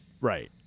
Right